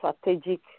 strategic